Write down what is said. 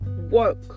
work